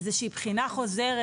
איזה שהיא בחינה חוזרת?